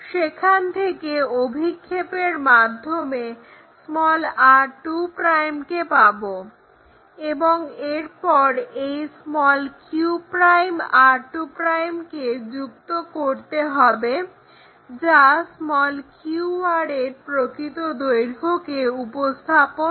সেখান থেকে অভিক্ষেপের মাধ্যমে r2' কে পাবো এবং এরপর এই q'r2' কে যুক্ত করতে হবে যা qr এর প্রকৃত দৈর্ঘ্যকে উপস্থাপন করে